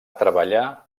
treballar